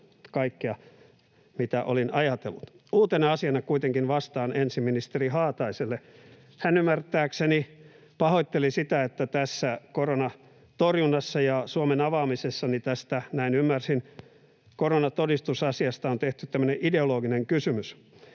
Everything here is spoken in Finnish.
kaikkea, mitä olin ajatellut. Uutena asiana kuitenkin vastaan ensin ministeri Haataiselle. Hän ymmärtääkseni pahoitteli sitä, että tässä koronatorjunnassa ja Suomen avaamisessa, näin ymmärsin, tästä koronatodistusasiasta on tehty tämmöinen ideologinen kysymys.